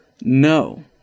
no